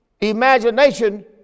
imagination